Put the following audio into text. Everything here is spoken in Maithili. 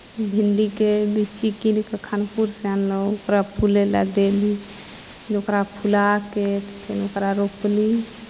भिंडीके बिच्ची कीनि कऽ खानपुरसँ अनलहुँ ओकरा फुलय लेल देली ओकरा फुला कऽ तब फेन ओकरा रोपली